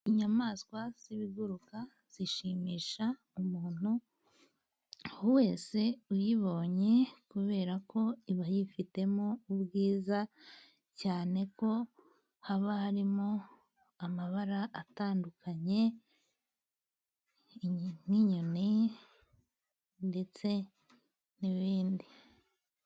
Inyamaswa z'ibiguruka zishimisha umuntu wese uyibonye, kubera ko iba yifitemo ubwiza, cyane ko haba harimo amabara atandukanye, nk'inyoni, ndetse n'ibindi.